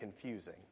confusing